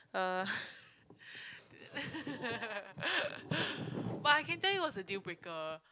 uh but I can tell you what's a deal breaker